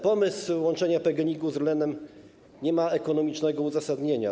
Pomysł łączenia PGNiG-u z Orlenem nie ma ekonomicznego uzasadnienia.